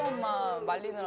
mom but